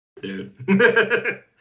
dude